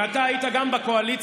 ואתה היית גם בקואליציה,